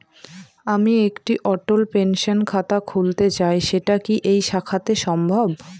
আমি একটি অটল পেনশন খাতা খুলতে চাই সেটা কি এই শাখাতে সম্ভব?